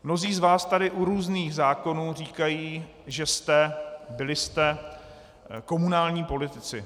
Mnozí z vás tady u různých zákonů říkají, že jste byli komunální politici.